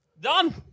Done